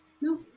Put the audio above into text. no